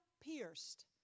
pierced